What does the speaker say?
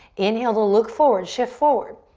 inhale to look forward, shift forward.